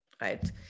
right